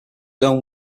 own